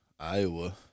Iowa